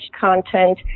content